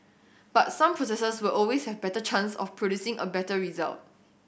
but some processes will always have better chance of producing a better result